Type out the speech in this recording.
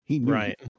Right